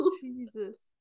Jesus